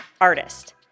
artist